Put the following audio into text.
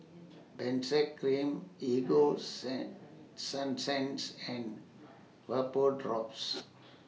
Benzac Cream Ego Sun Sunsense and Vapodrops